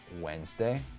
Wednesday